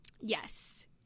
yes